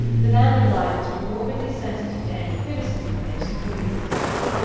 the van der luydens were morbidly sensitive to any criticism of their secluded existence.